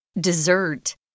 Dessert